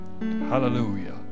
Hallelujah